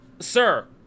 Sir